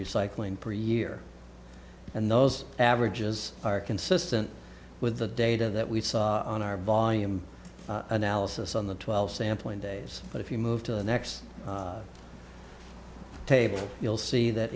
recycling per year and those averages are consistent with the data that we saw on our volume analysis on the twelve sampling days but if you move to the next table you'll see that